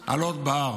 עלות בהר.